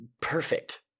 perfect